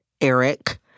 Eric